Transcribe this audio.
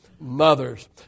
mothers